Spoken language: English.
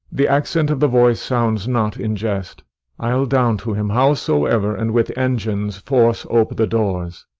the accent of the voice sounds not in jest i ll down to him, howsoever, and with engines force ope the doors.